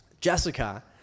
Jessica